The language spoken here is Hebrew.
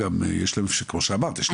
יש להם כמו שאמרת,